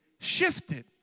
shifted